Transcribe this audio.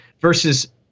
versus